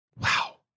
Wow